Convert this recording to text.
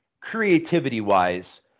creativity-wise